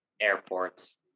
airports